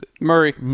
Murray